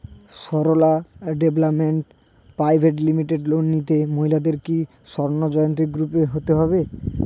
Sarala development private limited loan নিতে মহিলাদের কি স্বর্ণ জয়ন্তী গ্রুপে হতে হবে?